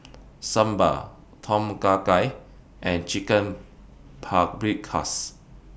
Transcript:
Sambar Tom Kha Gai and Chicken Paprikas